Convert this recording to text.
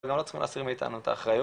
אבל גם לא צריכים להסיר מאתנו את האחריות.